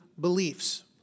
beliefs